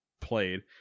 played